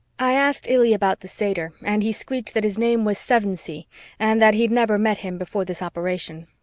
i asked illy about the satyr and he squeaked that his name was sevensee and that he'd never met him before this operation.